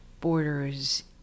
borders